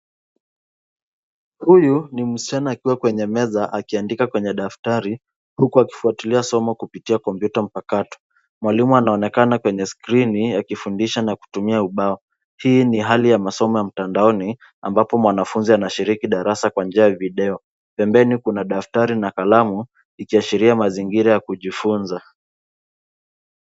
Huyu ni msichana akiwa kwenye meza akiandika kwenye daftari, huku akifuatilia somo kupitia kwenye komputa mpakato. Mwalimu anaonekana kwenye skrini akifundisha na kutumia ubao. Hii ni hali ya masomo ya mtandaoni, ambapo mwanafunzi anashiriki darasa kwa njia ya video. Pembeni Kuna daftari na kalamu ikiashiria mazingira ya kujifunza.